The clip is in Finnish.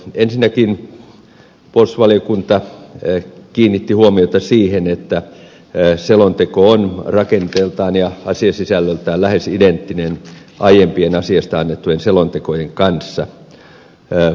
ensinnäkin puolustusvaliokunta kiinnitti huomiota siihen että selonteko on rakenteeltaan ja asiasisällöltään lähes identtinen aiempien asiasta annettujen selontekojen kanssa